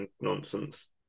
nonsense